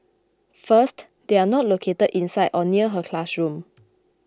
first they are not located inside or near her classroom